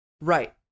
right